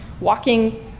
walking